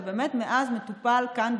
ומאז מטופל כאן,